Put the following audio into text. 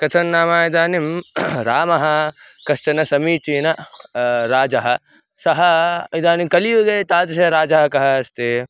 कथन् नाम इदानीं रामः कश्चन समीचीनः राजा सः इदानीं कलियुगे तादृशराजा कः अस्ति